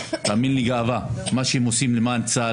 תאמין לי גאווה מה שהם עושים למען צה"ל